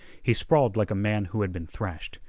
he sprawled like a man who had been thrashed.